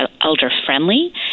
elder-friendly